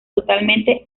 totalmente